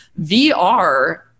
vr